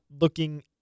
looking